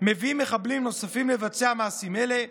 מביאים מחבלים נוספים לבצע מעשים כאלה,